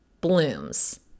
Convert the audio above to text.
blooms